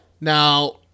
Now